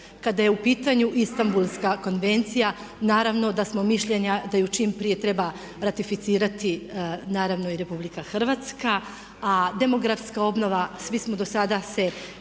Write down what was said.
Kada je u pitanju Istanbulska konvencija naravno da smo mišljenja da je čim prije treba ratificirati naravno i RH, a demografska obnova svi smo dosada se